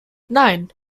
nein